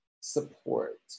support